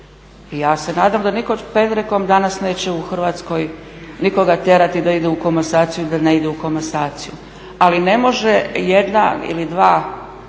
I ja se nadam da nitko pendrekom danas neće u Hrvatskoj nikoga tjerati da ide u komasaciju ili da ne ide u komasaciju. Ali ne može jedan ili dva